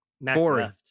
boring